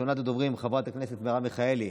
ראשונת הדוברים, חברת הכנסת מרב מיכאלי,